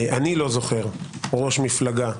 איני זוכר ראש מפלגה,